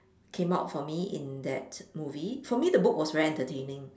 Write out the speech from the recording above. came out for me in that movie for me the book was very entertaining